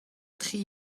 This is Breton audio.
tri